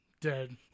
Dead